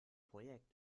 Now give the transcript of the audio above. projekt